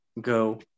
go